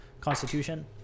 Constitution